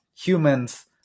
humans